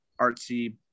artsy